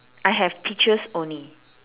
I have peaches only